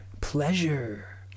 pleasure